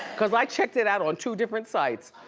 cause i checked it out on two different sites,